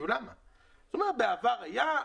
בעבר היה,